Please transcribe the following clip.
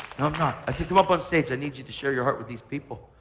not. i said come up on stage. i need you to share your heart with these people.